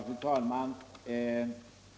Fru talman!